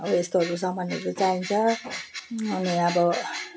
अब यस्तोहरू सामानहरू चाहिन्छ अनि अब